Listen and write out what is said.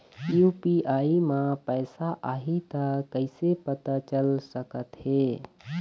UPI म पैसा आही त कइसे पता चल सकत हे?